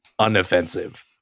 unoffensive